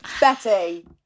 Betty